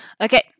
Okay